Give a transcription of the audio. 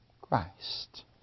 Christ